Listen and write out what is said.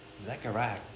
Zechariah